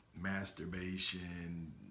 masturbation